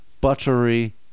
Buttery